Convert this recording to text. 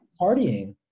partying